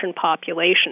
population